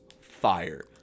Fire